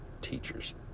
Teachers